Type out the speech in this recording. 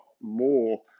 more